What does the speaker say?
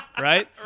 Right